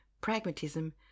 pragmatism